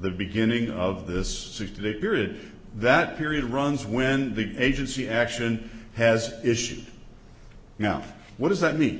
the beginning of this sixty day period that period runs when the agency action has issued now what does that mean